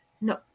No